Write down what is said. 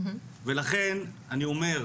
ולכן אני אומר,